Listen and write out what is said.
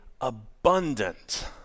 abundant